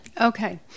Okay